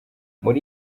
muri